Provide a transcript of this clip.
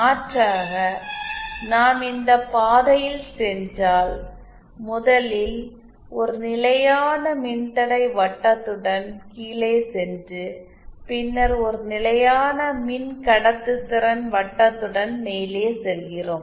மாற்றாக நாம் இந்த பாதையில் சென்றால் முதலில் ஒரு நிலையான மின்தடை வட்டத்துடன் கீழே சென்று பின்னர் ஒரு நிலையான மினகடத்துதிறன் வட்டத்துடன் மேலே செல்கிறோம்